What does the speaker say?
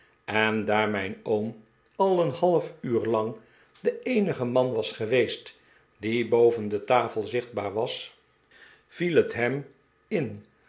en daar mijn oom al een half uur lang de eenige man was geweest die boven de tafel zichtbaar was viel het hem in